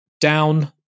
down